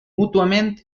mútuament